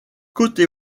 côté